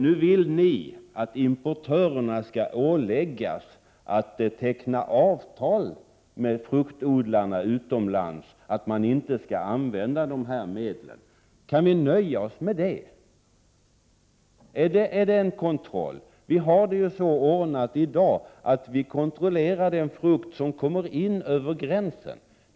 Nu vill ni att importörerna skall åläggas att teckna avtal med fruktodlarna utomlands. Dessa skall inte få använda de aktuella medlen. Kan vi nöja oss med det? Är det en kontroll? Redan i dag kontrollerar och analyserar vi den frukt som kommer in över gränsen.